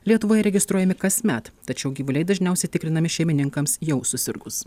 lietuvoje registruojami kasmet tačiau gyvuliai dažniausiai tikrinami šeimininkams jau susirgus